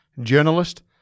journalist